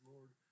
Lord